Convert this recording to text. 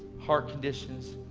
heart conditions,